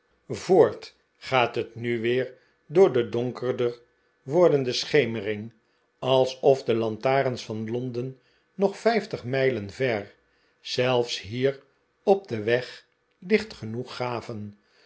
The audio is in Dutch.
voort gaat het nu weer door de donkerder wordende schemering alsof de lantarens van londen nog vijftig mijlen ver zelfs hier op den weg licht genoeg gaven